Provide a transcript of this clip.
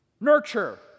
nurture